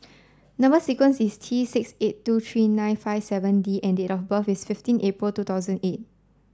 number sequence is T six eight two three nine five seven D and date of birth is fifteen April two thousand eight